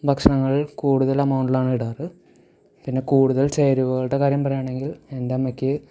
ഭക്ഷണങ്ങൾ കൂടുതൽ എമൗണ്ടിലാണ് ഇടാറ് പിന്നെ കൂടുതൽ ചേരുവകളുടെ കാര്യം പറയാണെങ്കിൽ എൻ്റെ അമ്മയ്ക്ക്